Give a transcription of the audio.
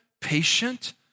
Patient